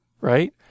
right